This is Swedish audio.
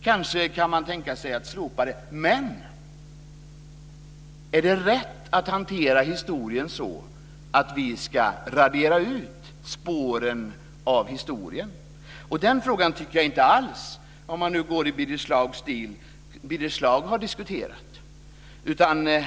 Kanske kan man tänka sig att slopa det, men är det rätt att hantera historien så att vi ska radera ut spåren av historien? Den frågan tycker jag inte alls, om man nu går till Birger Schlaugs stil, Birger Schlaug har diskuterat.